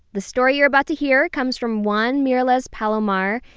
the story you're about to hear comes from juan mireles-palomar.